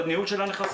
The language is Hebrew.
את ניהול הנכסים.